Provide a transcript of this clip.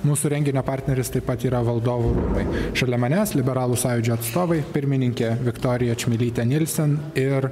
mūsų renginio partneris taip pat yra valdovų rūmai šalia manęs liberalų sąjūdžio atstovai pirmininkė viktorija čmilytė nilsen ir